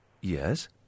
Yes